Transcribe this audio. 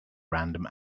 random